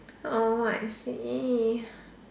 oh I see